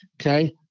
okay